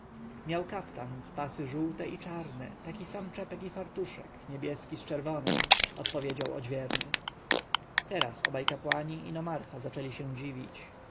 miał kaftan w pasy żółte i czarne taki sam czepek i fartuszek niebieski z czerwonem odpowiedział odźwierny teraz obaj kapłani i nomarcha zaczęli się dziwić